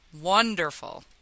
wonderful